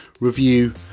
review